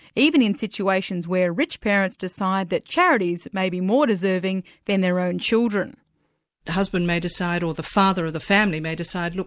even in situations where rich parents decide that charities may be more deserving than their own children. a husband may decide, or the father of the family may decide, look,